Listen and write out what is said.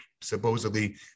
supposedly